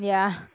ya